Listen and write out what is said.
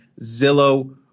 zillow